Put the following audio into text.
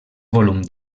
volum